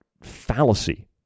fallacy